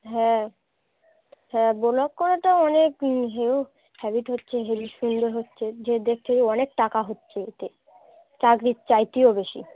হ্যাঁ হ্যাঁ ভ্লগ করাটা অনেক হেয়ো হ্যাবিট হচ্ছে হেভি সুন্দর হচ্ছে যে দেখছে যে অনেক টাকা হচ্ছে এতে চাকরির চাইতেও বেশি